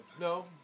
no